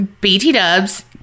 BT-dubs